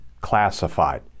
classified